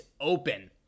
open